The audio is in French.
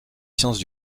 sciences